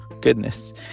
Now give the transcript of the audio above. goodness